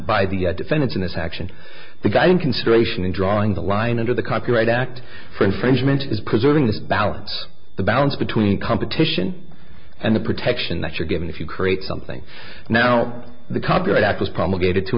by the defendants in this action the guy in consideration in drawing the line under the copyright act for infringement is preserving the balance the balance between competition and the protection that you're given if you create something now the copyright act was promulgated to